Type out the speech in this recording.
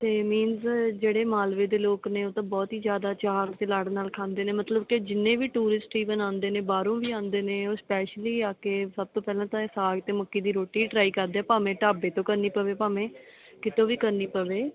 ਅਤੇ ਮੀਨਸ ਜਿਹੜੇ ਮਾਲਵੇ ਦੇ ਲੋਕ ਨੇ ਉਹ ਤਾਂ ਬਹੁਤ ਹੀ ਜ਼ਿਆਦਾ ਚਾਅ ਅਤੇ ਲਾਡ ਨਾਲ ਖਾਂਦੇ ਨੇ ਮਤਲਬ ਕਿ ਜਿੰਨੇ ਵੀ ਟੂਰਿਸਟ ਈਵਨ ਆਉਂਦੇ ਨੇ ਬਾਹਰੋਂ ਵੀ ਆਉਂਦੇ ਨੇ ਉਹ ਸਪੈਸ਼ਲੀ ਆ ਕੇ ਸਭ ਤੋਂ ਪਹਿਲਾਂ ਤਾਂ ਇਹ ਸਾਗ ਅਤੇ ਮੱਕੀ ਦੀ ਰੋਟੀ ਟ੍ਰਾਈ ਕਰਦੇ ਹੈ ਭਾਵੇਂ ਢਾਬੇ ਤੋਂ ਕਰਨੀ ਪਵੇ ਭਾਵੇਂ ਕਿਤੋਂ ਵੀ ਕਰਨੀ ਪਵੇ